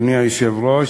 אדוני היושב-ראש,